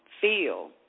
feel